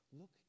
Look